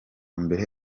mbere